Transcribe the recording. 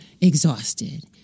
exhausted